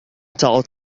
تعد